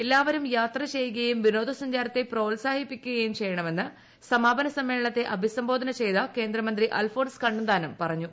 എല്ലാവരും യാത്ര ചെയ്യുകയും വിനോദസഞ്ചാരത്തെ പ്രോത്സാഹിപ്പിക്കുകയും ചെയ്യണമെന്ന് സമാപന സമ്മേളനത്തെ അഭിസംബോധന ചെയ്ത് കേന്ദ്രമന്ത്രി അൽഫോൺസ് കണ്ണന്താനം പറഞ്ഞു